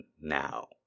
now